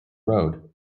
road